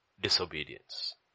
disobedience